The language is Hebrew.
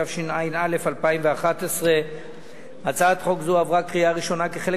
התשע"א 2011. הצעת חוק זו עברה בקריאה ראשונה כחלק